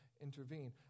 intervene